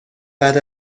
بعد